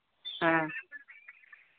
ᱦᱮᱸ